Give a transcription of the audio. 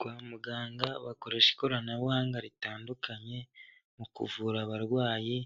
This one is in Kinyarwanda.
Kwa muganga bakoresha ikoranabuhanga ritandukanye mu kuvura abarwayi,